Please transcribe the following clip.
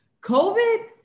COVID